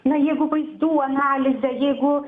na jeigu vaizdų analizė jeigu